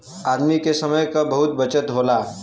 आदमी के समय क बहुते बचत होला